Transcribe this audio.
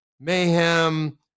mayhem